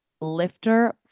Lifter